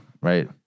right